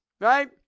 right